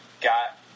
got